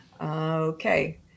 okay